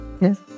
Yes